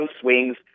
swings